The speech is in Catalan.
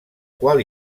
qual